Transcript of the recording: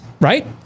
right